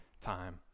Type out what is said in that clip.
time